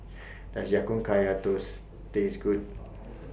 Does Ya Kun Kaya Toast Taste Good